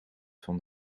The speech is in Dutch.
van